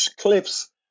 clips